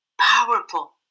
powerful